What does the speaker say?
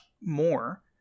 more